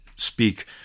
speak